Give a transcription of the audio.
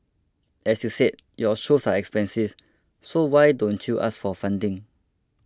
as you said your shows are expensive so why don't you ask for funding